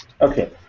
Okay